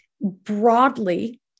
Broadly